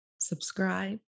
subscribe